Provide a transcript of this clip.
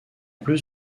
plus